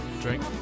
drink